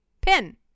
Pin